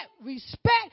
respect